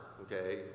okay